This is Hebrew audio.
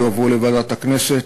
הם יועברו לוועדת הכנסת,